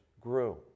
grew